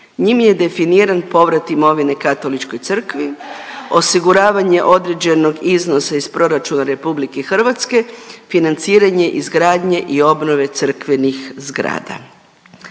Njim je definiran povrat imovine Katoličkoj crkvi, osiguravanje određenog iznosa iz Proračuna RH, financiranje izgradnje i obnove crkvenih zgrada.